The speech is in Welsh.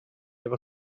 efo